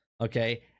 okay